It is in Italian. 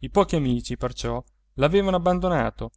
i pochi amici perciò l'avevano abbandonato